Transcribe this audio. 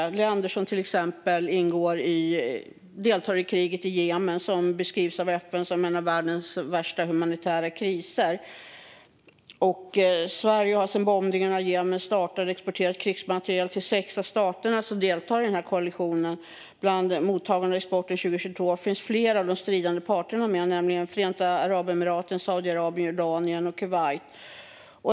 Det handlar till exempel om länder som deltar i kriget i Jemen, vilket av FN beskrivs som en av världens värsta humanitära kriser. Sverige har sedan bombningen av Jemen startade exporterat krigsmateriel till sex av staterna som deltar i denna koalition. Bland mottagarna av exporten 2022 finns flera av de stridande parterna med, nämligen Förenade Arabemiraten, Saudiarabien, Jordanien och Kuwait.